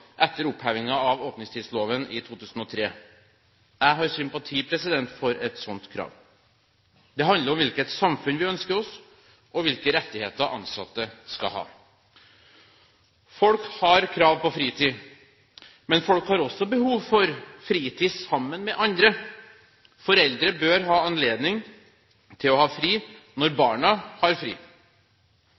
etter opphevingen av åpningstidsloven i 2003. Jeg har sympati for et slikt krav. Det handler om hvilket samfunn vi ønsker oss, og om hvilke rettigheter ansatte skal ha. Folk har krav på fritid, men folk har også behov for fritid sammen med andre. Foreldre bør ha anledning til å ha fri når barna har fri.